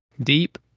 Deep